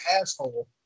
asshole